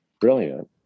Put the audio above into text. brilliant